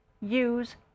use